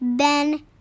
Ben